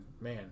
man